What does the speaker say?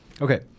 Okay